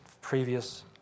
previous